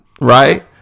right